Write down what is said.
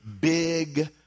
big